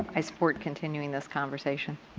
i support continuing this conversation.